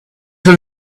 too